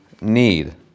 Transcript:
need